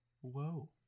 Whoa